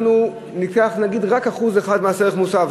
אנחנו ניקח נגיד רק 1% מס ערך מוסף,